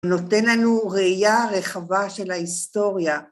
נותן לנו ראייה רחבה של ההיסטוריה.